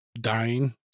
dying